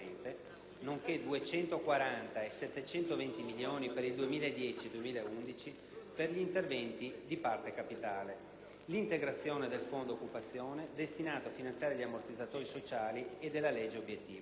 nonché 240 e 720 milioni per il 2010 e 2011 per gli interventi di parte capitale), all'integrazione del fondo occupazione (destinato a finanziare gli ammortizzatori sociali) e della legge obiettivo.